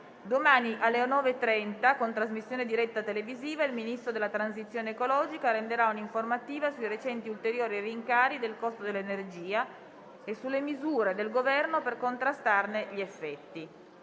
Domani, alle ore 9,30, con trasmissione diretta televisiva, il Ministro della transizione ecologica renderà un'informativa sui recenti ulteriori rincari del costo dell'energia e sulle misure del Governo per contrastarne gli effetti.